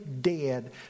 dead